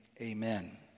amen